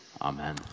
Amen